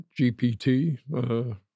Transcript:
GPT